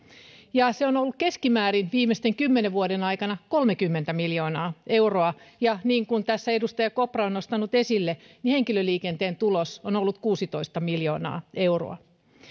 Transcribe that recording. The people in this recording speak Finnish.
se on ollut keskimäärin viimeisten kymmenen vuoden aikana kolmekymmentä miljoonaa euroa ja niin kuin tässä edustaja kopra on nostanut esille henkilöliikenteen tulos on ollut kuusitoista miljoonaa euroa